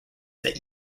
that